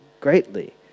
greatly